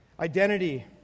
Identity